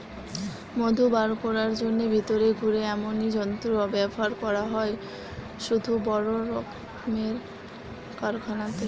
মধু বার কোরার জন্যে ভিতরে ঘুরে এমনি যন্ত্র ব্যাভার করা হয় শুধু বড় রক্মের কারখানাতে